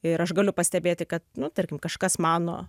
ir aš galiu pastebėti kad nu tarkim kažkas mano